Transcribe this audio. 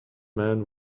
man